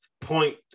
point